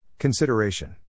Consideration